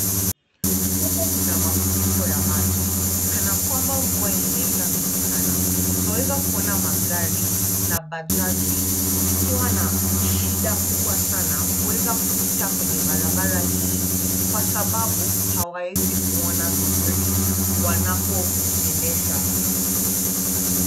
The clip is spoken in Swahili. Huku kuna mafuriko ya maji kana kwamba mvua ilinyesha nyingi sana. Twaweza kuona magari na bajaj zikiwa na shida kubwa sana kuweza kupita kwenye barabara hii kwa sababu hawawezi kuona vizuri wanapoendesha.